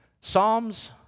Psalms